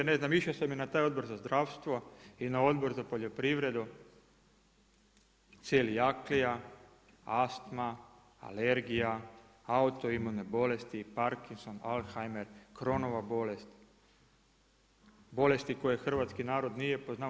Ne znam, išao sam i na taj Odbor za zdravstvo i na Odbor za poljoprivredu celijakija, astma, alergija, auto imune bolesti, Parkinson, Alzheimer, Cronova bolest, bolesti koje hrvatski narod nije poznavao.